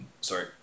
sorry